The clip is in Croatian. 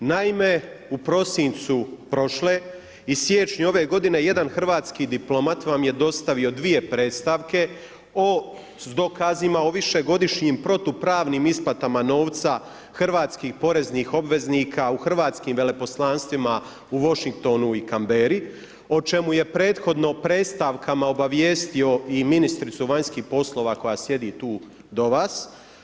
Naime, u prosincu prošle i siječnju ove godine jedan hrvatski diplomat vam je dostavio dvije predstavke o dokazima o višegodišnjim protupravnim isplatama novca hrvatskih poreznih obveznika u hrvatskih veleposlanstvima u Washingtonu i Canberri o čemu je prethodno predstavkama obavijestio i ministricu vanjskih poslova koja sjedi tu do vas.